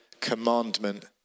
commandment